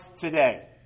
today